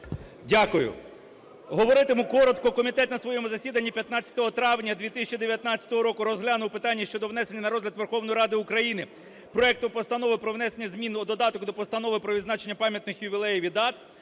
Дякую. Говоритиму коротко. Комітет на своєму засіданні 15 травня 2019 року розглянув питання щодо внесення на розгляд Верховної Ради України проект Постанови про внесення змін у додаток до Постанови про відзначення пам'ятних ювілеїв і дат.